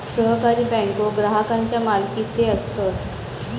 सहकारी बँको ग्राहकांच्या मालकीचे असतत